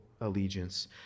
allegiance